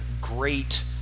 great